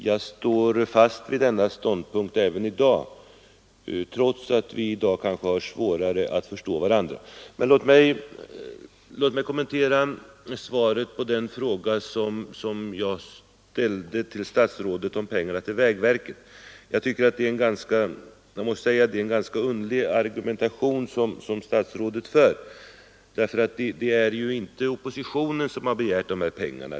Jag står fast vid denna ståndpunkt även i dag, trots att vi nu kanske har svårare att förstå varandra. Vidare vill jag kommentera svaret på den fråga som jag ställde till statsrådet om pengarna till vägverket. Jag måste säga att det är en ganska underlig argumentation som statsrådet för, ty det är ju inte oppositionen som begärt dessa pengar.